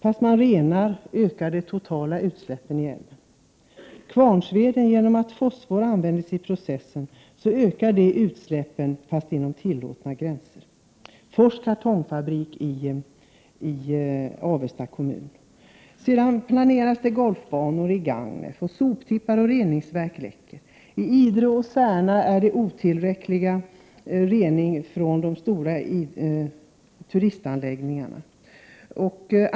Fastän man renar ökar de totala utsläppen i älven. Från Kvarnsveden, där man använder fosfor i processen, ökar utsläppen — dock inom tillåtna gränser. Fors Kartongfabrik i Avesta kommun kan också nämnas. Vidare planerar man att anlägga golfbanor Gagnef. Från soptippar och reningsverk läcker miljöfarliga ämnen ut. I Idre och Särna är reningen otillräcklig vid de stora turistanläggningarna.